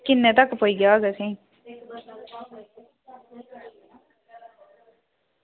किन्ने तक्क पेई जाह्ग असें ई